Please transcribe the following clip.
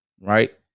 Right